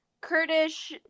Kurdish